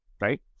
right